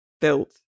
built